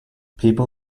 people